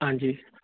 ਹਾਂਜੀ